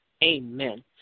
Amen